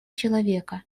человека